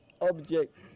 object